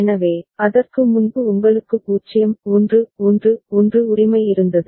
எனவே அதற்கு முன்பு உங்களுக்கு 0 1 1 1 உரிமை இருந்தது